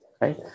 Right